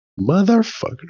Motherfucker